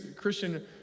Christian